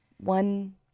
one